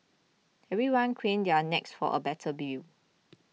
everyone craned their necks for a better view